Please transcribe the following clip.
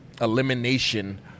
elimination